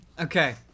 Okay